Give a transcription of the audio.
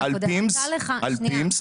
שנייה.